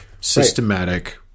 systematic